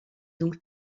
donc